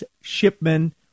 Shipman